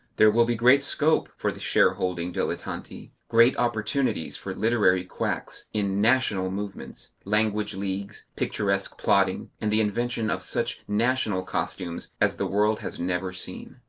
there will be great scope for the shareholding dilettanti, great opportunities for literary quacks, in national movements, language leagues, picturesque plotting, and the invention of such national costumes as the world has never seen.